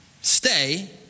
stay